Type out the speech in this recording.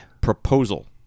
Proposal